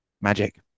magic